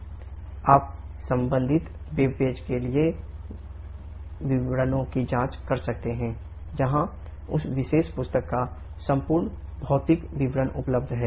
आप संबंधित वेबपेज में दिए गए विवरणों की जांच कर सकते हैं जहां उस विशेष पुस्तक का संपूर्ण भौतिक विवरण उपलब्ध है